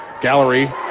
Gallery